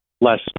less